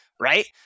right